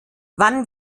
wann